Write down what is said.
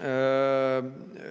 on